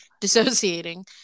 dissociating